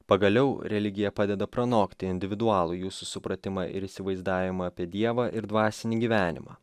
pagaliau religija padeda pranokti individualų jūsų supratimą ir įsivaizdavimą apie dievą ir dvasinį gyvenimą